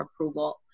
approval